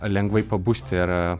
lengvai pabusti ir